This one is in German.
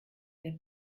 der